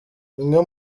bimwe